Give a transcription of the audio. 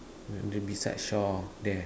the beside Shaw there